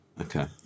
okay